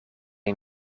een